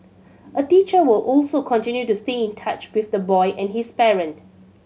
a teacher will also continue to stay in touch with the boy and his parent